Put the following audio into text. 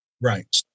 Right